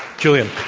julian?